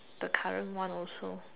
the current one also